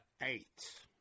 eight